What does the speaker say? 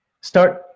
start